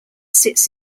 sits